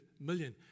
million